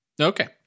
Okay